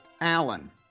Allen